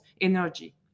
energy